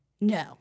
No